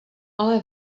ale